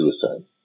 suicide